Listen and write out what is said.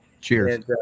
Cheers